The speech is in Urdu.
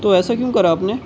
تو ایسا کیوں کرا آپ نے